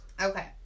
Okay